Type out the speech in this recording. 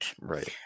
Right